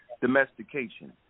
domestication